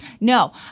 No